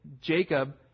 Jacob